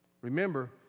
Remember